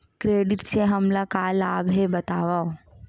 Credit से हमला का लाभ हे बतावव?